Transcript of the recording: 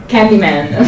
Candyman